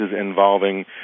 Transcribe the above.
involving